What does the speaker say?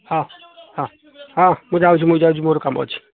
ହଁ ହଁ ହଁ ମୁଁ ଯାଉଛି ମୁଁ ଯାଉଛି ମୋର କାମ ଅଛି